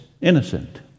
Innocent